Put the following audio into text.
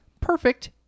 Perfect